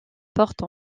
porte